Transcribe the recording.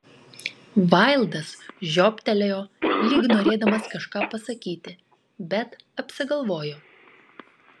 vaildas žiobtelėjo lyg norėdamas kažką pasakyti bet apsigalvojo